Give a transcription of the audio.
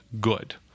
good